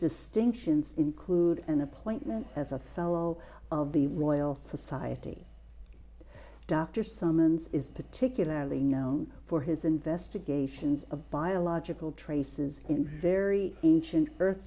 distinctions include an appointment as a fellow of the royal society dr summons is particularly known for his investigations of biological traces in very ancient